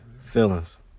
Feelings